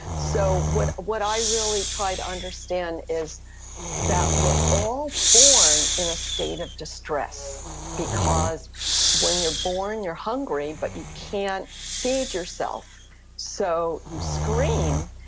so what what i really try to understand is that we're all born in a state of distress because when you're born, you're hungry, but you can't feed yourself so you scream,